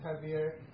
heavier